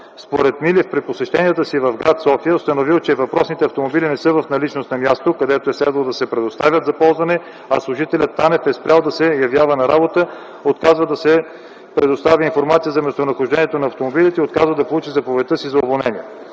Според Милев при посещението си в гр. София установил, че въпросните автомобили не са в наличност на място, където е следвало да се предоставят за ползване, а служителят Танев е спрял да се явява на работа, отказва да се предостави информация за местонахождението на автомобилите и отказва да получи заповедта си за уволнение.